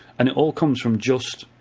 and it all comes from just